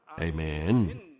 Amen